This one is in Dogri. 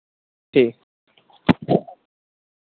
ठीक